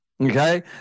Okay